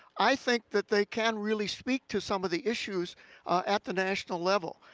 i think that they can really speak to some of the issues at the national level.